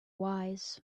wise